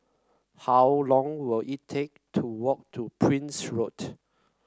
how long will it take to walk to Prince Road